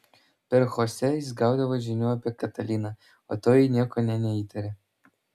per chosę jis gaudavo žinių apie kataliną o toji nieko nė neįtarė